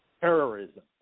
terrorism